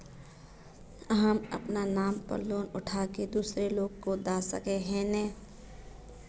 हम अपना नाम पर लोन उठा के दूसरा लोग के दा सके है ने